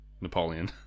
Napoleon